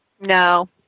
no